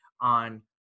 on